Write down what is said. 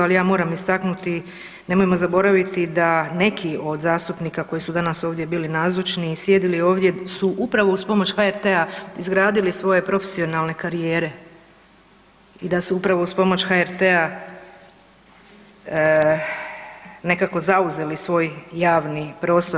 Ali ja moram istaknuti nemojmo zaboraviti da neki od zastupnika koji su danas ovdje bili nazočni i sjedili ovdje su upravo uz pomoć HRT-a izgradili svoje profesionalne karijere i da su upravo uz pomoć HRT-a nekako zauzeli svoj javni prostor.